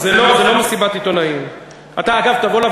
לא, לא, לא, אבל זו לא מסיבת עיתונאים.